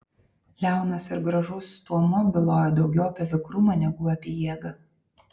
liaunas ir gražus stuomuo bylojo daugiau apie vikrumą negu apie jėgą